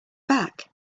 back